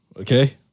Okay